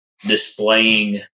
displaying